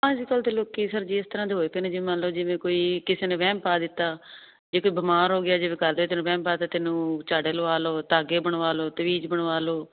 ਅੱਜ ਕੱਲ੍ਹ ਤਾਂ ਲੋਕ ਸਰ ਜੀ ਇਸ ਤਰ੍ਹਾਂ ਦੇ ਹੋਏ ਪਏ ਨੇ ਜੀ ਮੰਨ ਲਓ ਜਿਵੇਂ ਕੋਈ ਕਿਸੇ ਨੇ ਵਹਿਮ ਪਾ ਦਿੱਤਾ ਜੇ ਕੋਈ ਬਿਮਾਰ ਹੋ ਗਿਆ ਜੇ ਘਰਦਿਆਂ ਨੇ ਵਹਿਮ ਪਾ ਦਿੱਤਾ ਤੈਨੂੰ ਝਾੜੇ ਲਵਾ ਲਓ ਧਾਗੇ ਬਨਵਾ ਲਓ ਤਵੀਜ ਬਨਵਾ ਲਓ